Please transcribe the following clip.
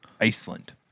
iceland